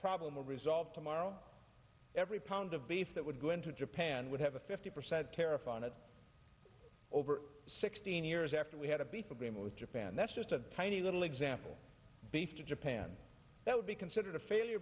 problem resolved tomorrow every pound of beef that would go into japan would have a fifty percent tariff on it over sixteen years after we had a beef agreement with japan that's just a tiny little example beef to japan that would be considered a failure